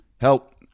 Help